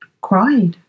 cried